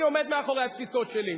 אני עומד מאחורי התפיסות שלי.